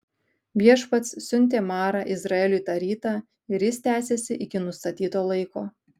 viešpats siuntė marą izraeliui tą rytą ir jis tęsėsi iki nustatyto laiko